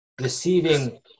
receiving